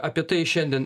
apie tai šiandien